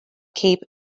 cape